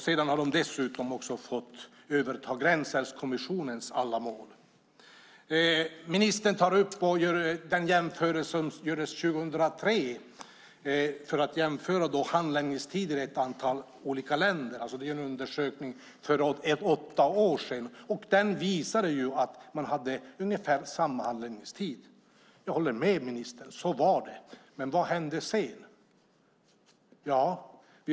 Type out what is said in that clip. Man har dessutom fått överta Gränsälvskommissionens alla mål. Ministern tar upp den jämförelse som gjordes 2003, alltså för åtta år sedan, av handläggningstider i ett antal olika länder. Den visade att man hade ungefär samma handläggningstider. Ja, så var det då, men vad hände sedan?